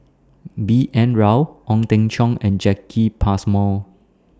B N Rao Ong Teng Cheong and Jacki Passmore